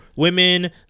Women